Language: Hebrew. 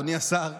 אדוני השר.